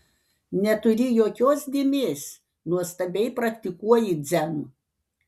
neturi jokios dėmės nuostabiai praktikuoji dzen